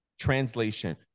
Translation